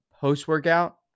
post-workout